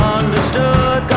understood